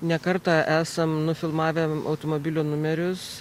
ne kartą esam nufilmavę automobilių numerius